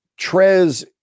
Trez